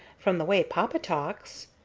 from the way papa talks.